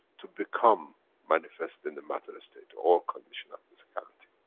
to become manifest in the matter-state, or condition of physicality.